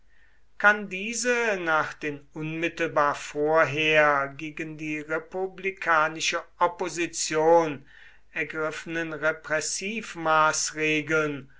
kann diese nach den unmittelbar vorher gegen die republikanische opposition